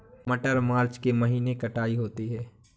मटर मार्च के महीने कटाई होती है?